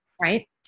right